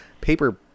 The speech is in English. paper